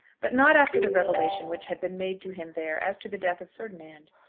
but not after the revelation which had been made to him there as to the death of ferdinand.